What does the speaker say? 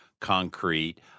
concrete